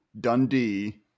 Dundee